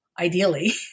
ideally